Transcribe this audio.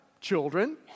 children